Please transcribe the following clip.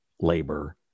labor